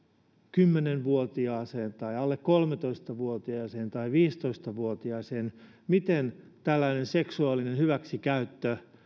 kymmenen vuotiaaseen tai alle kolmetoista vuotiaaseen tai viisitoista vuotiaaseen miten tällainen seksuaalinen hyväksikäyttö